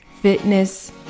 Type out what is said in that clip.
fitness